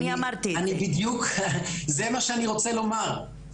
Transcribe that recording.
זה בדיוק מה שאני רוצה לומר: